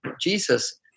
Jesus